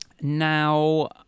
now